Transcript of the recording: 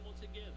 together